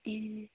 ए